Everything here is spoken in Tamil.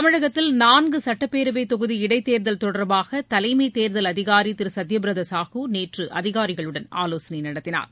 தமிழகத்தில் நான்கு சுட்டப்பேரவை தொகுதி இடைத்தேர்தல் தொடர்பாக தலைமைத் தேர்தல் அதிகாரி நி திரு சத்தியபிரதா சாஹூ நேற்று அதிகாரிகளுடன் ஆலோசனை நடத்தினார்